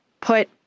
put